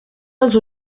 dels